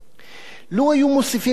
לו היו מוסיפים את האקרובטיקה